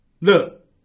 Look